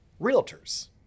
Realtors